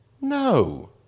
No